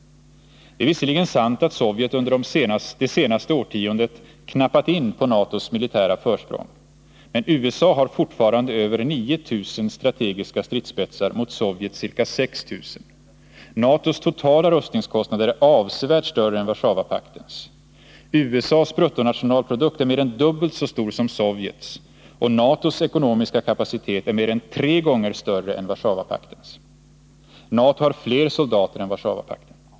Det är visserligen sant att Sovjet under det senaste årtiondet knappat in på NATO:s militära försprång, men USA har fortfarande över 9 000 strategiska stridsspetsar mot Sovjets ca 6 000. NATO:s totala rustningskostnader är avsevärt större än Warszawapaktens. USA:s bruttonationalprodukt är mer än dubbelt så stor som Sovjets, och NATO:s ekonomiska kapacitet är mer än tre gånger större än Warszawapaktens. NATO har fler soldater än Warszawapakten.